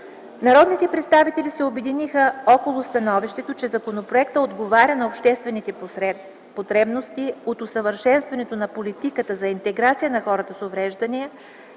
Народните представители се обединиха около становището, че законопроектът отговаря на обществените потребности от усъвършенстването на политиката за интеграция на хората с увреждания